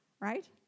right